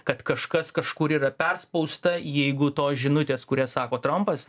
kad kažkas kažkur yra perspausta jeigu tos žinutės kurias sako trampas